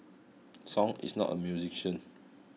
song is not a musician